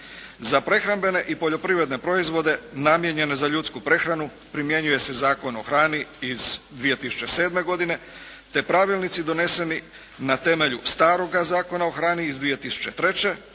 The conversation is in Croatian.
Za prehrambene i poljoprivredne proizvode namijenjene za ljudsku prehranu primjenjuje se Zakon o hrani iz 2007. godine te pravilnici doneseni na temelju staroga Zakona o hrani iz 2003. a